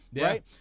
right